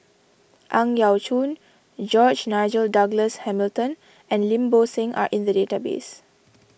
Ang Yau Choon George Nigel Douglas Hamilton and Lim Bo Seng are in the database